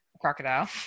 crocodile